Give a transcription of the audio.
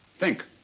think.